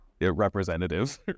representatives